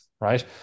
right